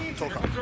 tokov.